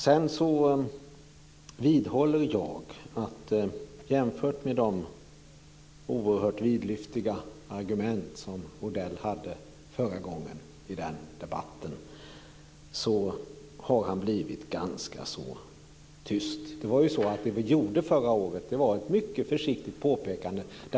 Jag vidhåller att jämfört med de oerhört vidlyftiga argument som Odell hade förra gången i debatten har han blivit ganska så tyst. Det vi gjorde förra året var ett mycket försiktigt påpekande.